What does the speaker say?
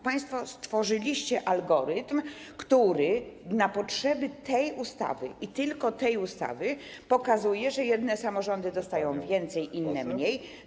Państwo stworzyliście algorytm, który na potrzeby tej ustawy i tylko tej ustawy pokazuje, że jedne samorządy na inwestycje dostają więcej, inne mniej.